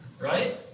Right